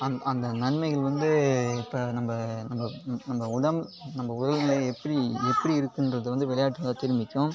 அந்த நன்மைகள் வந்து இப்போ நம்ம நம்ம உடம்பு நம்ம உடலை எப்படி எப்படி இருக்கின்றத வந்து விளையாட்டு தான் தீர்மிக்கும்